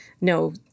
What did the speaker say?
no